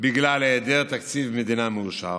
בגלל היעדר תקציב מדינה מאושר,